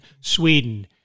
Sweden